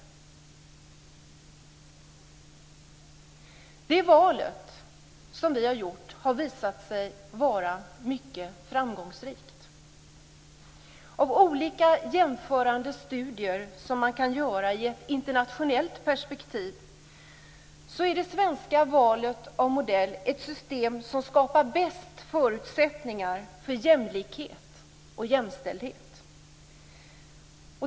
Det val som vi gjort har visat sig vara mycket framgångsrikt. I olika jämförande studier som man kan göra i ett internationellt perspektiv är det svenska valet av modell ett system som skapar de bästa förutsättningarna för jämlikhet och jämställdhet.